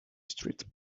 street